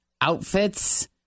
outfits